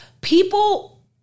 people